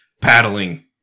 paddling